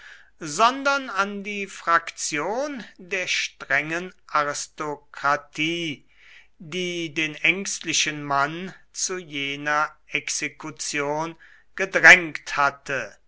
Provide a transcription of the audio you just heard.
sondern an die fraktion der strengen aristokratie die den ängstlichen mann zu jener exekution gedrängt hatte